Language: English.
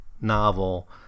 novel